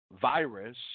virus